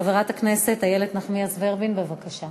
חברת הכנסת איילת נחמיאס ורבין, בבקשה.